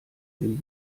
den